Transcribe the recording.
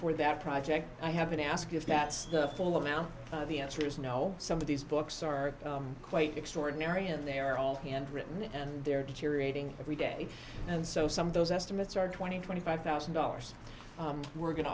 for that project i haven't asked if that's the full amount the answer is no some of these books are quite extraordinary and they're all handwritten and they're deteriorating every day and so some of those estimates are twenty twenty five thousand dollars we're go